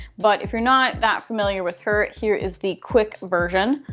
but if you're not that familiar with her, here is the quick version.